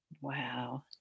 Wow